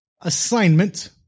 assignment